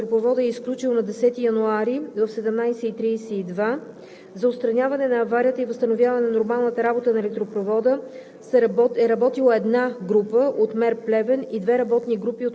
Електропровод на 110 киловолта „Брусен“. Електропроводът е изключил на 10 януари, в 17,32 ч. За отстраняване на аварията и възстановяване на нормалната работа на електропровода